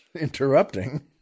Interrupting